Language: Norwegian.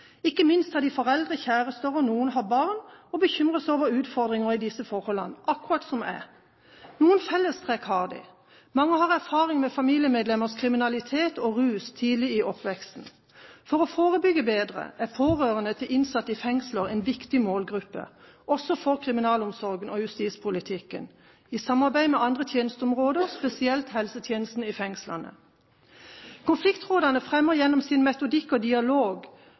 Ikke minst har de foreldre, kjærester – noen har barn – og bekymrer seg over utfordringer i disse forholdene, akkurat som jeg. Noen fellestrekk har de: Mange har tidlig i oppveksten erfaring med familiemedlemmers kriminalitet og rus. For å forebygge bedre er pårørende til innsatte i fengsler en viktig målgruppe, også for kriminalomsorgen og justispolitikken i samarbeid med andre tjenesteområder, spesielt helsetjenesten i fengslene. Konfliktrådene fremmer gjennom sin metodikk dialog og